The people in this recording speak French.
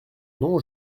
non